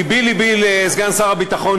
לבי לבי לסגן שר הביטחון,